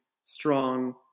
strong